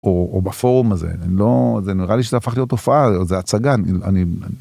או בפורום הזה, זה נראה לי שזה הפך להיות תופעה, זה הצגה.